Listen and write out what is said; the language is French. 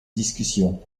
discussion